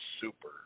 super